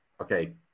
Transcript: okay